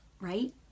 right